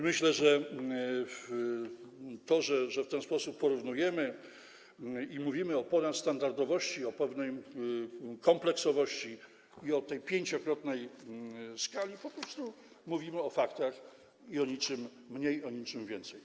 Myślę, że gdy w ten sposób to porównujemy i mówimy o ponadstandardowości, o pewnej kompleksowości i o tej pięciokrotnej skali, to po prostu mówimy o faktach i o niczym mniej, o niczym więcej.